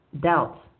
doubts